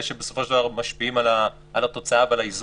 שבסופו של דבר משפיעים על התוצאה ועל האיזון.